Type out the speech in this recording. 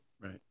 Right